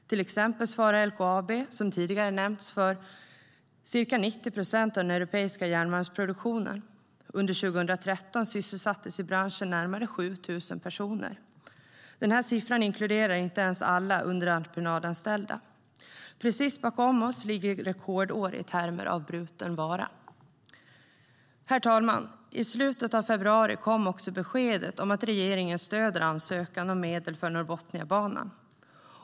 Till exempel svarar LKAB, vilket tidigare har nämnts, för ca 90 procent av den europeiska järnmalmsproduktionen. Under 2013 sysselsattes närmare 7 000 personer i branschen. Och den siffran inkluderar inte ens alla underentreprenadsanställda. Precis bakom oss ligger rekordår i termer av bruten vara. I slutet av februari kom också beskedet om att regeringen stöder ansökan om medel för Norrbotniabanan.